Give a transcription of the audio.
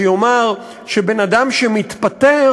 שיאמר שבן-אדם שמתפטר